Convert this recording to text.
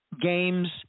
games